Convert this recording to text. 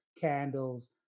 candles